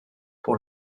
pour